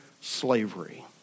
slavery